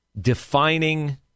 defining